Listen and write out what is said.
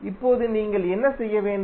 இப்போது நீங்கள் என்ன செய்ய வேண்டும்